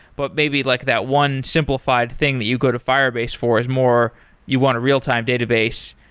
but maybe like that one simplified thing that you go to firebase for is more you want to real-time database,